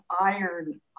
iron